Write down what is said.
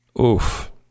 Oof